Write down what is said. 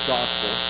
Gospel